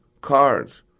cards